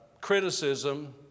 criticism